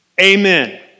Amen